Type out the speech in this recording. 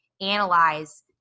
analyze